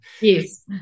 Yes